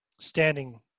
standing